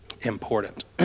important